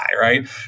right